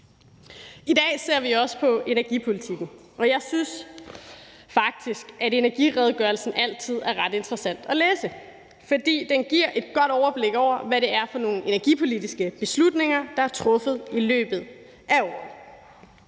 I dag ser vi også på energipolitikken, og jeg synes faktisk, at energiredegørelsen altid er ret interessant at læse, for den giver et godt overblik over, hvad det er for nogle energipolitiske beslutninger, der er truffet i løbet af året.